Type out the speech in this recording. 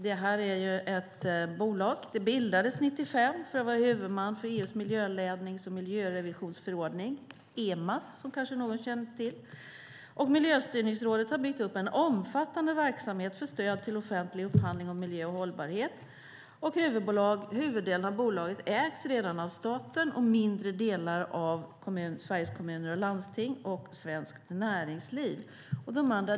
Det bildades 1995 för att vara huvudman för EU:s miljölednings och miljörevisionsförordning, EMAS, som någon kanske känner till. Miljöstyrningsrådet har byggt upp en omfattande verksamhet för stöd till offentlig upphandling om miljö och hållbarhet. Huvuddelen av bolaget ägs redan av staten och mindre delar av Sveriges Kommuner och Landsting och Svenskt Näringsliv.